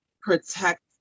protect